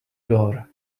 door